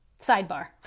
sidebar